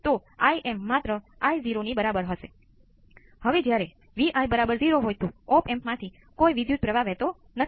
જો તમને 5 volt input માં કોઈ વિદ્યુત પ્રવાહ વહેતો નથી